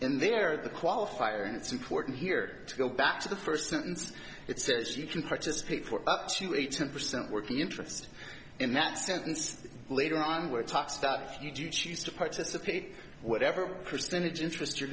in there the qualifier and it's important here to go back to the first sentence it says you can participate for up to eight some percent working interest in that sentence later on we're talk stuff you do choose to participate whatever percentage interest you're